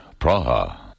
Praha